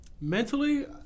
Mentally